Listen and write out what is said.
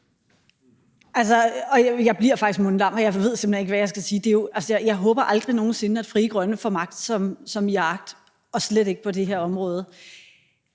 Jeg bliver faktisk mundlam, og jeg ved simpelt hen ikke, hvad jeg skal sige. Altså, jeg håber aldrig nogen sinde, at Frie Grønne får magt, som man har agt, og slet ikke på det her område.